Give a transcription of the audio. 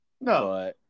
No